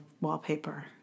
wallpaper